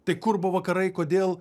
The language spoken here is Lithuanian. tai kur buvo vakarai kodėl